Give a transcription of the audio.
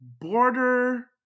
border